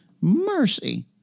Mercy